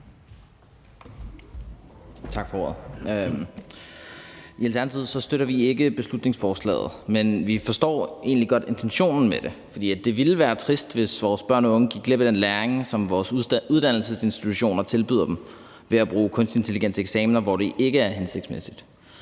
I Alternativet støtter vi ikke beslutningsforslaget, men vi forstår egentlig godt intentionen med det. For det ville være trist, hvis vores børn og unge gik glip af den læring, som vores uddannelsesinstitutioner tilbyder dem, ved at bruge kunstig intelligens til eksamener, hvor det ikke er hensigtsmæssigt.